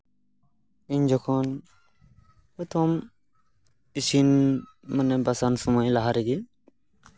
ᱤᱧ ᱡᱚᱠᱷᱚᱱ ᱯᱨᱚᱛᱷᱚᱢ ᱤᱥᱤᱱ ᱵᱟᱥᱟᱝ ᱥᱚᱢᱚᱭ ᱞᱟᱦᱟ ᱨᱮᱜᱮ